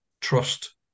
trust